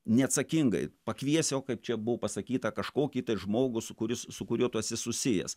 neatsakingai pakviesi o kaip čia buvo pasakyta kažkokį žmogų su kuris su kuriuo tu esi susijęs